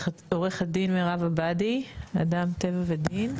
עורכת הדין מרים עבאדי, אדם טבע ודין.